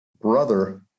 brother